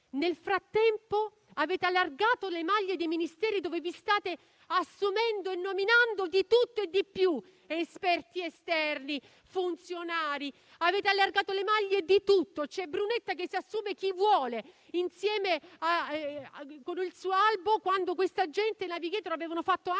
nel frattempo avete allargato le maglie dei Ministeri, dove state assumendo e nominando di tutto e di più: da esperti esterni a funzionari. Avete allargato le maglie di tutto. Brunetta assume chi vuole, con il suo albo, mentre i *navigator* avevano fatto anche